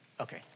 okay